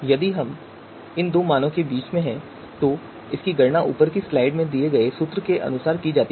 यदि यह इन दो मानों के बीच में है तो इसकी गणना ऊपर की स्लाइड में दिए गए सूत्र का उपयोग करके की जाती है